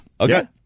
Okay